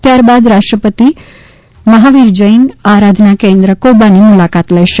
ત્યારબાદ રાષ્ટ્રપતિ શ્રી કોવિંદ મહાવીર જૈન આરાધના કેન્દ્ર કોબાની મુલાકાત લેશે